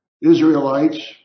Israelites